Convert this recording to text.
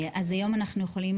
היום אנחנו יכולים